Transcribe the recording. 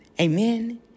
Amen